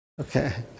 Okay